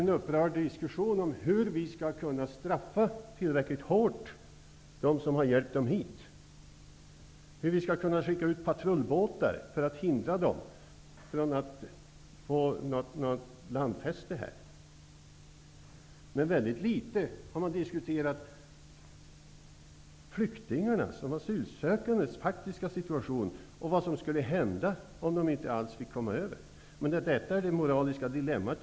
Jo, till en upprörd diskussion om hur vi tillräckligt hårt skall kunna straffa dem som har hjälpt dessa asylsökande hit, hur vi skall kunna skicka ut patrullbåtar för att hindra dessa människor från att få landfäste i Man har väldigt litet diskuterat flyktingarnas och de asylsökandes faktiska situation och vad som skulle ända om de inte fick komma. Det är det moraliska dilemmat.